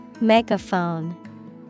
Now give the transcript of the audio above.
Megaphone